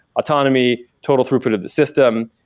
autonomy total throughput of the system,